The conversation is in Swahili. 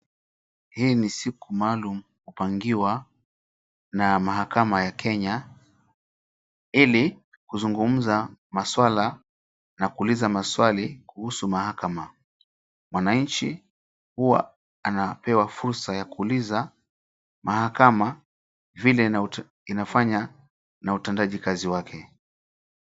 Hii ni siku maalum kupangiwa na mahakama ya Kenya ili kuzungumza maswala na kuuliza maswali kuhusu mahakama. Mwananchi huwa anapewa fursa ya kuuliza mahakama vile inafanya na utendaji kazi wake.